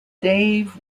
dave